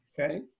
okay